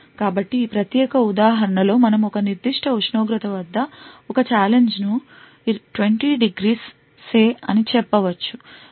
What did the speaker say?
కాబట్టి ఈ ప్రత్యేక ఉదాహరణలో మనం ఒక నిర్దిష్ట ఉష్ణోగ్రత వద్ద ఒక ఛాలెంజ్ ను 20° say అని చెప్పవచ్చు మరియు 1